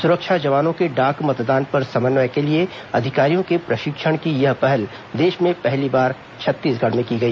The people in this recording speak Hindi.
सुरक्षा जवानों के डाक मतदान पर समन्वय के लिए अधिकारियों के प्रशिक्षण की यह पहल देश में पहली बार छत्तीसगढ़ में की गई